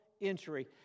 entry